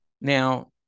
Now